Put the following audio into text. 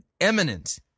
eminent